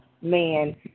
man